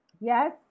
Yes